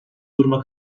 duruma